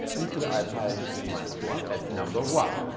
e to the i pi is equal to minus one at number one.